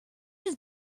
his